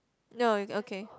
no okay